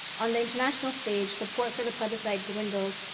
on the international stage, support for the plebiscite dwindled,